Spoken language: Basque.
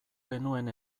genuen